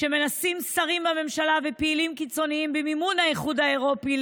שמנסים להציג שרים בממשלה ופעילים קיצוניים במימון האיחוד האירופי,